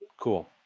Cool